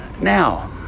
now